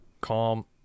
calm